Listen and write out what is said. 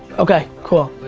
okay, cool.